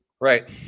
Right